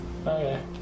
Okay